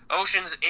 oceans